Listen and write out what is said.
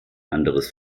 anderes